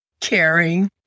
caring